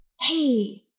hey